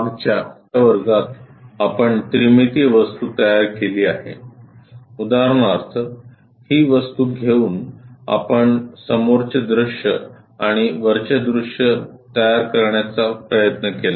मागच्या वर्गात आपण त्रिमितीय वस्तू तयार केली आहे उदाहरणार्थ ही वस्तू घेऊन आपण समोरचे दृश्य आणि वरचे दृश्य तयार करण्याचा प्रयत्न केला